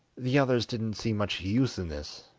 the others didn't see much use in this,